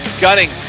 gunning